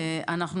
שנייה,